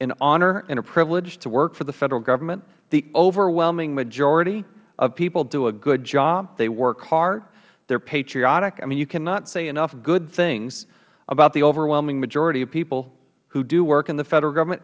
an honor and a privilege to work for the federal government the overwhelming majority of people do a good job they work hard they are patriotic you cannot say enough good things about the overwhelming majority of people who do work in the federal government